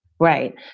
Right